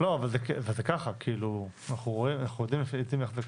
בעובדי הלשכה המשפטית הכוונה לעורכי דין?